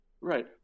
Right